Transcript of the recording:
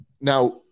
Now